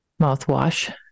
mouthwash